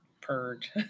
purge